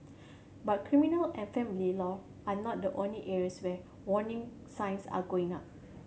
but criminal and family law are not the only areas where warning signs are going up